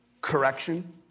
correction